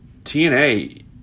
tna